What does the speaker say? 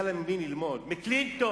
היה לה ממי ללמוד, מקלינטון.